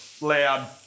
loud